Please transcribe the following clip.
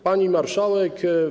Pani Marszałek!